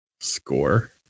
Score